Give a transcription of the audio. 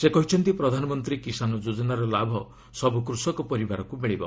ସେ କହିଛନ୍ତି ପ୍ରଧାନମନ୍ତ୍ରୀ କିଷାନ ଯୋଜନାର ଲାଭ ସବୁ କୁଷକ ପରିବାରକୁ ମିଳିବ